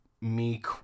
meek